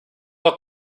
los